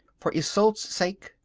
for isolde's sake,